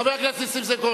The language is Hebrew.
חבר הכנסת נסים זאב,